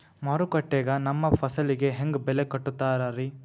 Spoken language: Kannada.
ಮಾರುಕಟ್ಟೆ ಗ ನಮ್ಮ ಫಸಲಿಗೆ ಹೆಂಗ್ ಬೆಲೆ ಕಟ್ಟುತ್ತಾರ ರಿ?